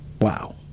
Wow